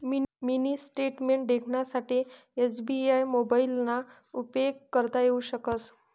mini statement देखानासाठे SBI मोबाइलना उपेग करता येऊ शकस